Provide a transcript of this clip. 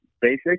basic